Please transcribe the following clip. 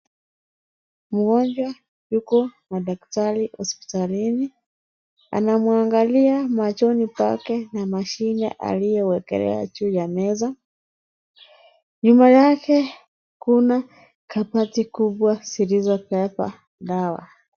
Mgonjwa yuko na daktari hospitalini. Anamwangalia machoni pake na mashine aliyowekelea juu ya meza Nyuma yake kuna kabati kubwa zilizobeba dawa.